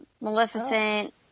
Maleficent